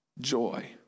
joy